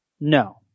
No